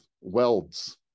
welds